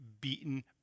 beaten